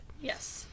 Yes